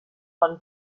von